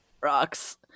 Rocks